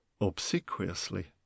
obsequiously